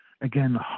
Again